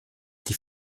die